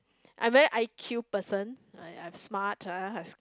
I very I_Q person like I'm smart uh